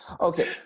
Okay